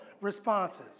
responses